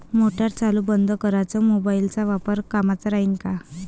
Motor चालू बंद कराच मोबाईलचा वापर कामाचा राहीन का?